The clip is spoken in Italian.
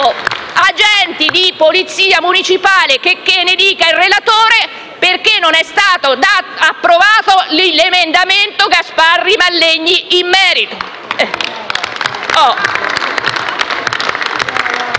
agenti di polizia municipale - checché ne dica il relatore - perché non è stato approvato l'emendamento a firma Gasparri-Mallegni nel merito.